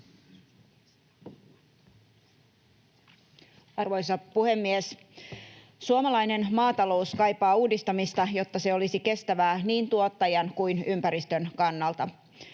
Arvoisa puhemies! Suomalainen maatalous kaipaa uudistamista, jotta se olisi kestävää niin tuottajan kuin ympäristön kannalta.